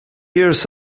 years